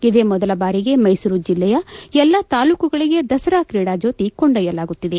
ಇದೇ ಮೊದಲ ಬಾಲಿಗೆ ಮೈಸೂರು ಜಲ್ಲೆಯ ಎಲ್ಲಾ ತಾಲೂಕುಗಳಗೆ ದಸರಾ ಕ್ರೀಡಾ ಜ್ಯೋತಿ ಕೊಂಡೊಯ್ಯಲಾಗುತ್ತಿದೆ